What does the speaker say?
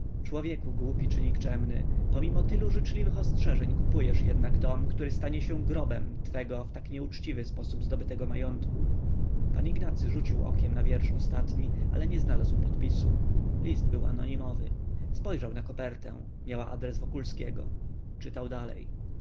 człowieku głupi czy nikczemny pomimo tylu życzliwych ostrzeżeń kupujesz jednak dom który stanie się grobem twego w tak nieuczciwy sposób zdobytego majątku pan ignacy rzucił okiem na wiersz ostatni ale nie znalazł podpisu list był anonimowy spojrzał na kopertę miała adres wokulskiego czytał dalej